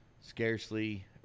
scarcely